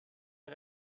der